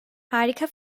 harika